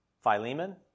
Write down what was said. Philemon